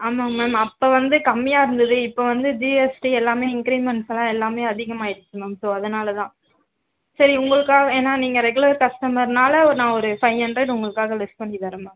ஆமாம் மேம் அப்போ வந்து கம்மியாக இருந்தது இப்போ வந்து ஜிஎஸ்டி எல்லாமே இன்க்ரிமெண்ட்ஸ் எல்லாமே அதிகமாகிடுச்சி மேம் ஸோ அதனால் தான் சரி உங்களுக்காக ஏன்னால் நீங்கள் ரெகுலர் கஸ்டமர்னால் ஒரு நான் ஒரு ஃபைவ் ஹண்ட்ரேட் உங்களுக்காக லெஸ் பண்ணி தரேன்